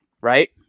right